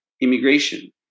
immigration